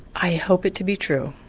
i hope it to be true.